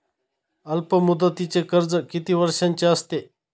अल्पमुदतीचे कर्ज किती वर्षांचे असते?